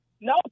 no